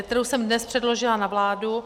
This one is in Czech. ... kterou jsem dnes předložila na vládu.